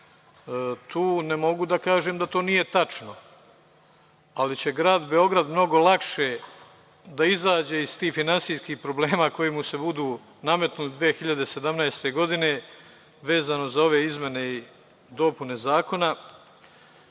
Tu ne mogu da kažem da to nije tačno, ali će Grad Beograd mnogo lakše da izađe iz tih finansijski problema koji mu se budu nametnuli 2017. godine vezano za ove izmene i dopune zakona.